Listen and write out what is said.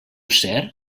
ser